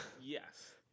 Yes